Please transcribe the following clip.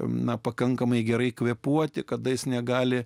na pakankamai gerai kvėpuoti kada jis negali